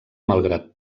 malgrat